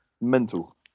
Mental